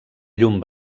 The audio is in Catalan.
llum